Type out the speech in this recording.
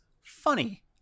funny